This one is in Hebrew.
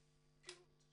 פירוט.